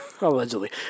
Allegedly